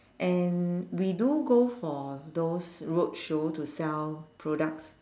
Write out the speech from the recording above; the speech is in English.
and we do go for those roadshow to sell products